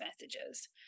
messages